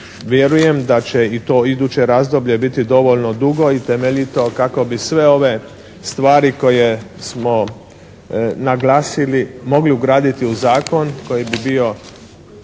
vjerujem da će i to iduće razdoblje biti dovoljno dugo i temeljito kako bi sve ove stvari koje smo naglasili mogli ugraditi u zakon koji bi bio